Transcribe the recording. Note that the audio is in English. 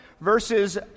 Verses